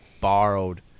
borrowed